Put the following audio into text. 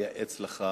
לייעץ לך,